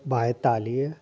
ॿाएतालीह